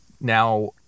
now